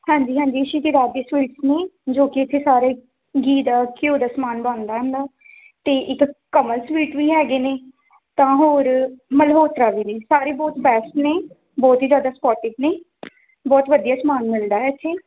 ਹਾਂਜੀ ਹਾਂਜੀ ਜੋ ਕਿ ਇੱਥੇ ਸਾਰੇ ਗੀ ਦਾ ਘਿਓ ਦਾ ਸਮਾਨ ਬਣਦਾ ਇਹਨਾਂ ਦਾ ਅਤੇ ਇੱਕ ਕਮਲ ਸਵੀਟ ਵੀ ਹੈਗੇ ਨੇ ਤਾਂ ਹੋਰ ਮਲਹੋਤਰਾ ਵੀ ਨੇ ਸਾਰੇ ਬਹੁਤ ਬੈਸਟ ਨੇ ਬਹੁਤ ਹੀ ਜ਼ਿਆਦਾ ਸਪੋਟਿਵ ਨੇ ਬਹੁਤ ਵਧੀਆ ਸਮਾਨ ਮਿਲਦਾ ਹੈ ਇੱਥੇ